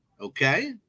Okay